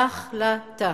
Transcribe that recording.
החלטה.